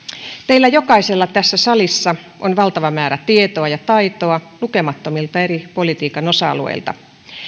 teillä jokaisella tässä salissa on valtava määrä tietoa ja taitoa lukemattomilta eri politiikan osa alueilta